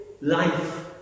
life